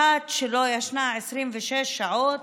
אחת שלא ישנה 26 שעות,